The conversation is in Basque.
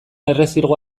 errezilgo